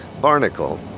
Barnacle